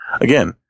again